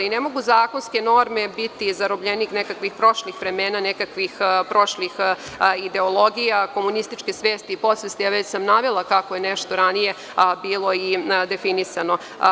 Ne mogu zakonske norme biti zarobljenik nekih prošlih vremena, nekih prošlih ideologija, komunističke svesti i podsvesti, a već sam navela kako je nešto ranije bilo i definisano.